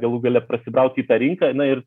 galų gale prasibrauti į tą rinką na ir